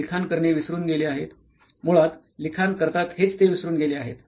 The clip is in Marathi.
लोक लिखाण करणे विसरून गेले आहेत मुळात लिखाण करतात हेच ते विसरून गेले आहेत